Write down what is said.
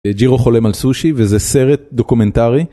ג'ירו חולם על סושי וזה סרט דוקומנטרי.